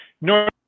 north